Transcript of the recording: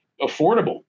affordable